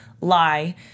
lie